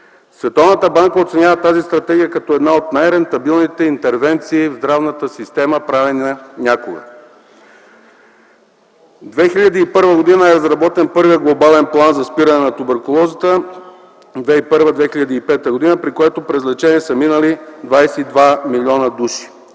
Световната банка оценява тази стратегия като една от най-рентабилните интервенции в здравната система, правена някога. Две хиляди и първа година е разработен първият Глобален план за спиране на туберкулозата (2001-2005 г.), при което през лечение са минали 22 милиона души.